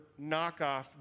knockoff